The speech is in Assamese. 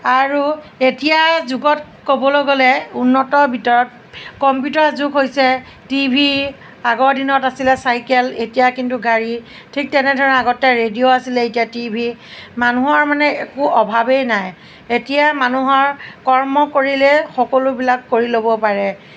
আৰু এতিয়াৰ যুগত ক'বলৈ গ'লে উন্নতৰ ভিতৰত কম্পিউটাৰ যুগ হৈছে টিভি আগৰ দিনত আছিলে চাইকেল এতিয়া কিন্তু গাড়ী ঠিক তেনেধৰণে আগতে ৰেডিঅ' আছিলে এতিয়া টিভি মানুহৰ মানে একো অভাৱেই নাই এতিয়া মানুহৰ কৰ্ম কৰিলে সকলোবিলাক কৰি ল'ব পাৰে